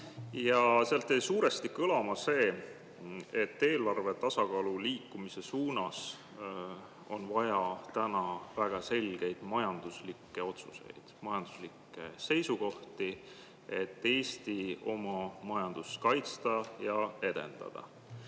Sealt jäi suuresti kõlama see, et eelarve tasakaalu suunas liikumiseks on vaja väga selgeid majanduslikke otsuseid, majanduslikke seisukohti, et Eesti majandust kaitsta ja edendada.